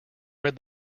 read